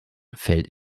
fällt